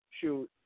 Shoot